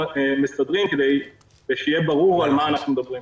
מסדרים כדי שיהיה ברור על מה אנחנו מדברים.